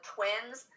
Twins